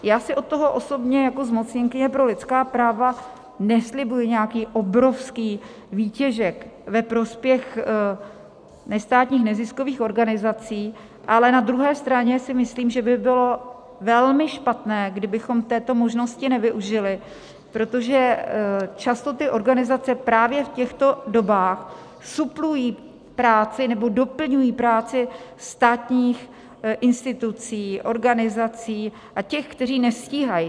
Já si od toho osobně jako zmocněnkyně pro lidská práva neslibuji nějaký obrovský výtěžek ve prospěch nestátních neziskových organizací, ale na druhé straně si myslím, že by bylo velmi špatné, kdybychom této možnosti nevyužili, protože často ty organizace právě v těchto dobách suplují nebo doplňují práci státních institucí, organizací a těch, kteří nestíhají.